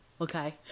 okay